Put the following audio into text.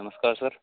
नमस्कार सर